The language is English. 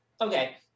Okay